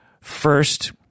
First